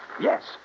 Yes